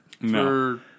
No